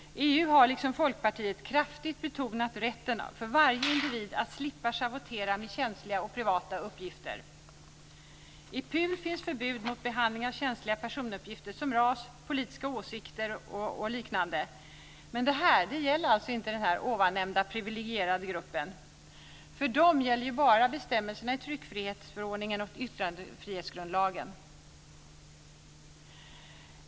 EU har liksom Folkpartiet kraftigt betonat rätten för varje individ att slippa schavottera med känsliga och privata uppgifter. I PUL finns förbud mot behandling av känsliga personuppgifter som ras, politiska åsikter och liknande. Men detta gäller alltså inte den nämnda privilegierade gruppen. För den gäller bara bestämmelserna i tryckfrihetsförordningen och yttrandefrihetsgrundlagen.